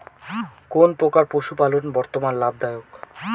কোন প্রকার পশুপালন বর্তমান লাভ দায়ক?